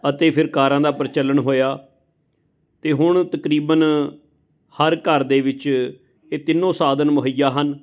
ਅਤੇ ਫਿਰ ਕਾਰਾਂ ਦਾ ਪ੍ਰਚਲਨ ਹੋਇਆ ਅਤੇ ਹੁਣ ਤਕਰੀਬਨ ਹਰ ਘਰ ਦੇ ਵਿੱਚ ਇਹ ਤਿੰਨੋਂ ਸਾਧਨ ਮੁਹੱਈਆ ਹਨ